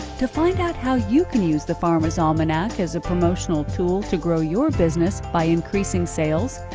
to find out how you can use the farmers' almanac as a promotional tool to grow your business by increasing sales,